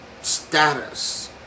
status